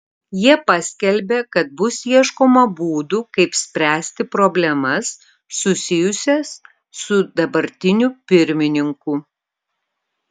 jie paskelbė kad bus ieškoma būdų kaip spręsti problemas susijusias su dabartiniu pirmininku